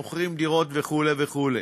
מוכרים דירות וכו' וכו'.